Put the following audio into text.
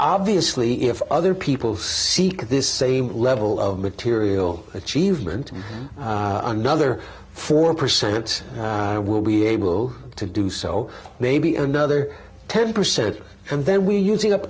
obviously if other people seek this same level of material achievement another four percent will be able to do so maybe another ten percent and then we are using up